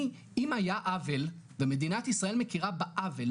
אם היה עוול ומדינת ישראל מכירה בעוול,